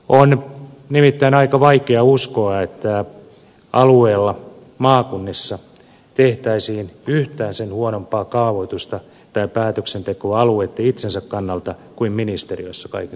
on nimittäin aika vaikea uskoa että alueella maakunnissa tehtäisiin yhtään sen huonompaa kaavoitusta tai päätöksentekoa alueitten itsensä kannalta kuin ministeriöissä kaiken kaikkiaan tehdään